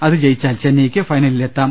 അത് ജയിച്ചാൽ ചെന്നൈയ്ക്ക് ഫൈനലിൽ എത്താം